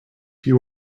you